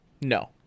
No